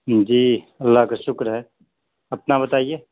جی اللہ کا شکر ہے اپنا بتائیے